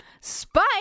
Spike